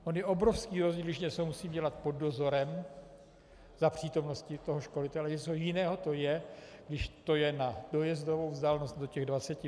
On je obrovský rozdíl, když něco musí dělat pod dozorem, za přítomnosti školitele, něco jiného je, když to je na dojezdovou vzdálenost do těch 20 .